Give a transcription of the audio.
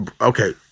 Okay